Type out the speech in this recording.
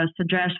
suggest